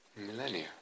millennia